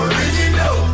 Original